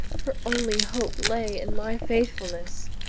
her only hope lay in my faithfulness.